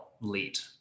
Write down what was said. late